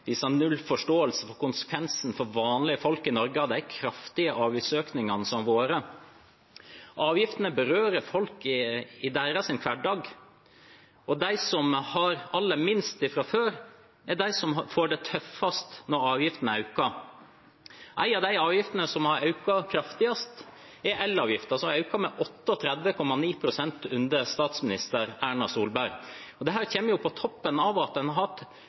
null forståelse for konsekvensen for vanlige folk i Norge av de kraftige avgiftsøkningene som har vært. Avgiftene berører folk i deres hverdag. De som har aller minst fra før, er de som får det tøffest når avgiftene øker. En av de avgiftene som har økt kraftigst, er elavgiften, som har økt med 38,9 pst. under statsminister Erna Solberg. Dette kommer på toppen av at en har hatt